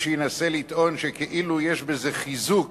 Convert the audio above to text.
שכאילו יש בזה חיזוק